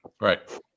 Right